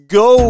go